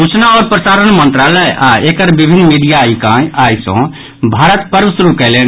सूचना आओर प्रसारण मंत्रालय आ एकर विभिन्न मीडिया इकाई आई सँ भारत पर्व शुरू कयलनि